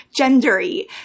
gendery